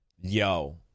yo